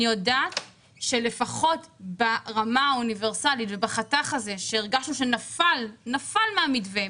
אני יודעת שלפחות ברמה האוניברסלית ובחתך הזה שהרגשנו שנפל מהמתווה,